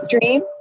dream